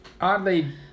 oddly